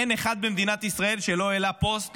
אין אחד במדינת ישראל שלא העלה פוסט,